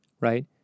right